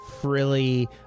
frilly